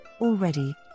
already